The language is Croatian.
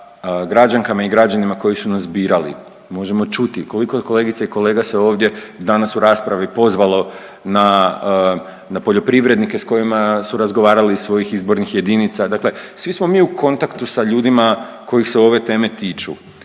sa građankama i građanima koji su nas birali, možemo čuti, koliko kolegica i kolega se ovdje danas u raspravi pozvalo na, na poljoprivrednike s kojima su razgovarali iz svojih izbornih jedinica, dakle svi smo mi u kontaktu sa ljudima kojih se ove teme tiču